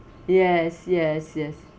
yes yes yes